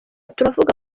turavuga